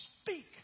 speak